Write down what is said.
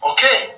Okay